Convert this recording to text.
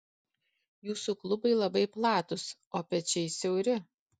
jūsų klubai labai platūs o pečiai siauri